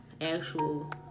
Actual